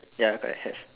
ya correct have